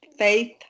faith